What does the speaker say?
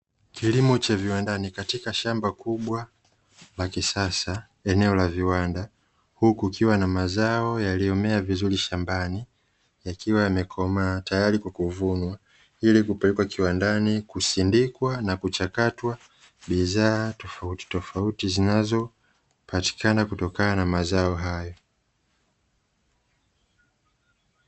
Kilimo cha viwandani katika shamba kubwa la kisasa eneo la viwanda, huku kukiwa na mazao yaliyomea vizuri shambani, yakiwa yamekomaa tayari kuvunwa ili kupelekwa kiwandani kusindikwa, na kuchakatwa bidhaa tofautitofauti zinazopatikana kutokana na mazao hayo.